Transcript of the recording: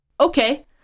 okay